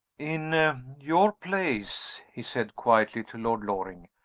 in your place, he said quietly to lord loring,